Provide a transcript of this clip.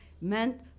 meant